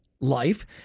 life